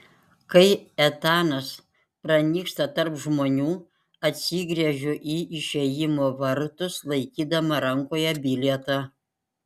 kai etanas pranyksta tarp žmonių atsigręžiu į išėjimo vartus laikydama rankoje bilietą